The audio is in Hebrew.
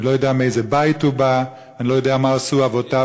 אני לא יודע מאיזה בית הוא בא ואני לא יודע מה עשו אבותיו,